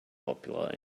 popular